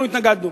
אנחנו התנגדנו.